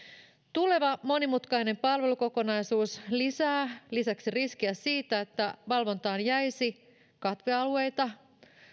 tuleva monimutkainen palvelukokonaisuus lisää lisäksi riskiä siitä että valvontaan jäisi katvealueita